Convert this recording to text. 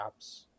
apps